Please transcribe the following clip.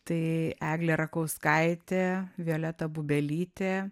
tai eglė rakauskaitė violeta bubelytė